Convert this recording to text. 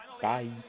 Bye